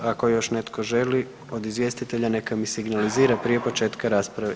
Ako još netko želi od izvjestitelja neka mi signalizira prije početka rasprave.